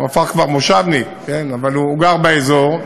הוא הפך כבר מושבניק, אבל הוא גר באזור.